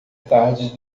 tarde